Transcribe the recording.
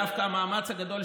דווקא המאמץ הגדול,